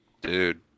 Dude